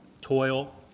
toil